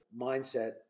mindset